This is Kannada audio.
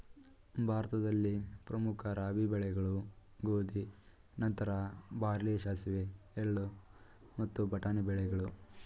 ಭಾರತದಲ್ಲಿ ಪ್ರಮುಖ ರಾಬಿ ಬೆಳೆಗಳು ಗೋಧಿ ನಂತರ ಬಾರ್ಲಿ ಸಾಸಿವೆ ಎಳ್ಳು ಮತ್ತು ಬಟಾಣಿ ಬೆಳೆಗಳು